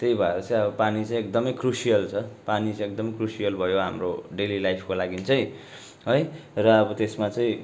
त्यही भएर चाहिँ अब पानी चाहिँ एकदमै क्रुसियल छ पानी चाहिँ एकदमै क्रुसियल भयो हाम्रो डेली लाइफको लागि चाहिँ है र अब त्यसमा चाहिँ